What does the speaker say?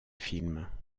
films